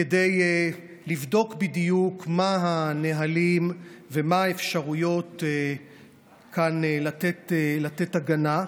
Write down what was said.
כדי לבדוק בדיוק מה הנהלים ומה האפשרויות לתת הגנה,